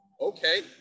Okay